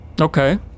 Okay